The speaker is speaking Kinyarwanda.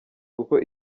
kuko